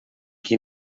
qui